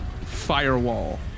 Firewall